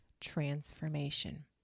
transformation